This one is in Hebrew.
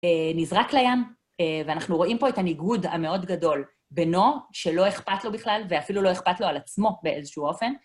נזרק לים, ואנחנו רואים פה את הניגוד המאוד גדול בינו, שלא אכפת לו בכלל, ואפילו לא אכפת לו על עצמו באיזשהו אופן.